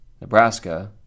Nebraska